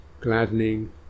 gladdening